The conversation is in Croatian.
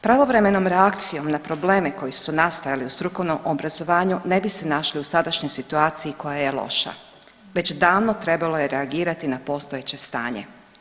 Pravovremenom reakcijom na probleme koji su nastajali u strukovnom obrazovanju ne bi se našli u sadašnjoj situaciji koja je loša, već je davno trebalo reagirati na postojeće stanje.